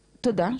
תודה,